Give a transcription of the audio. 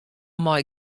mei